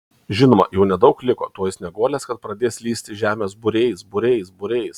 žinoma jau nedaug liko tuoj snieguolės kad pradės lįsti iš žemės būriais būriais būriais